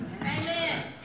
Amen